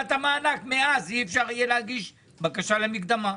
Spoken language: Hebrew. קבלת המענק, מאז אי אפשר יהיה להגיש בקשה למקדמה,